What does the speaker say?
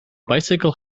bicycle